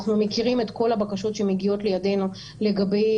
אנחנו מכירים את כל הבקשות שמגיעות לידינו לגבי